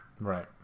Right